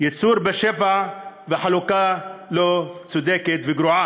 ייצור בשפע וחלוקה לא צודקת וגרועה.